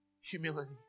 Humility